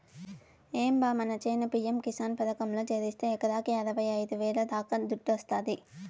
ఏం బా మన చేను పి.యం కిసాన్ పథకంలో చేరిస్తే ఎకరాకి అరవైఐదు వేల దాకా దుడ్డొస్తాది